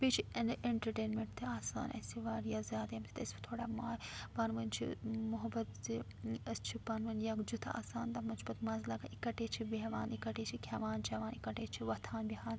بیٚیہِ چھُ ایٚنٹَرٹینمیٚنٛٹ تہِ آسان اسہِ واریاہ زیادٕ ییٚمہِ سۭتۍ أسۍ وۄنۍ تھوڑا ماے پَانہٕ وٲنۍ چھِ محبت زِ أسۍ چھِ پَانہٕ وٲنۍ یَکجُت آسان تَتھ منٛز چھُ پَتہٕ مَزٕ لَگان اِکٹھے چھِ بیٚہوان اِکٹھے چھِ کھیٚوان چیٚوان اِکٹھے چھِ وۄتھان بیٚہوان